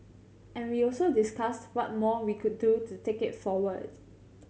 and we also discussed what more we could do to take it forwards